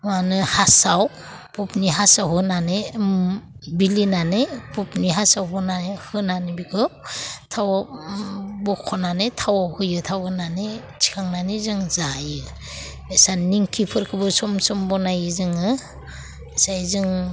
मा होनो हासाव पपनि हासआव होनानै बेलिनानै पपनि हासआव होनानै बेखौ थावआव बख'नानै थावआव होयो थावआव होनानै थिखांनानै जों जायो एसा निमकिफोरखौबो सम सम बानायो जोङो ओमफ्राय जों